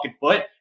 foot